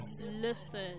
listen